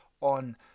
on